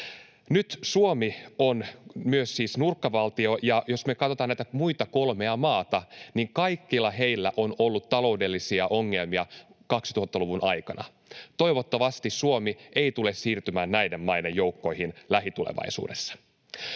Nyt Suomi on siis myös nurkkavaltio, ja jos me katsotaan näitä muita kolmea maata, niin kaikilla heillä on ollut taloudellisia ongelmia 2000-luvun aikana. Toivottavasti Suomi ei tule siirtymään näiden maiden joukkoihin lähitulevaisuudessa.